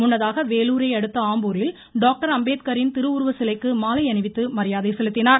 முன்னதாக வேலூரை அடுத்த ஆம்பூரில் டாக்டர் அம்பேத்காரின் திருவுருவச் சிலைக்கு மாலை அணிவித்து மரியாதை செலுத்தினார்